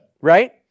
right